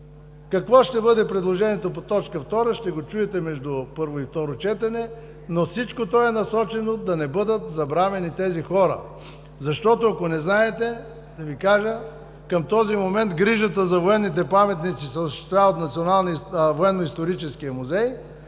Какво ще бъде предложението по точка втора, ще го чуете между първо и второ четене, но всичко е насочено да не бъдат забравени тези хора. Защото, ако не знаете, да Ви кажа, към този момент грижата за военните паметници се осъществяват от Националния военноисторически музей